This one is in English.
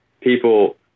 people